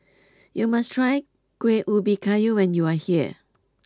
you must try Kuih Ubi Kayu when you are here